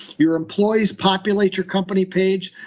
your employees populate your company page.